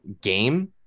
game